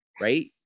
right